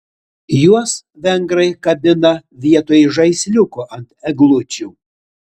juos vengrai kabina vietoj žaisliukų ant eglučių